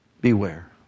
Beware